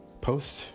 post